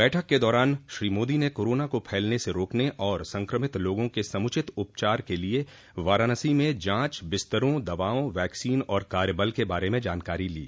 बैठक के दौरान श्री मोदी ने कोरोना को फैलने से रोकने और संक्रमित लोगों के समुचित उपचार के लिए वाराणसी में जांच बिस्तरों दवाओं वैक्सीन और काय बल के बारे में जानकारी ली